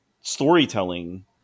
storytelling